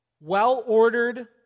well-ordered